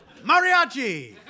Mariachi